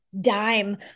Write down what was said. dime